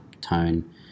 tone